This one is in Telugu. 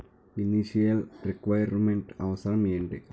ఇనిటియల్ రిక్వైర్ మెంట్ అవసరం ఎంటి?